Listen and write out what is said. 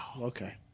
Okay